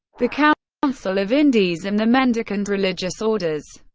the council of indies and the mendicant religious orders,